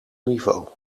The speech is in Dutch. niveau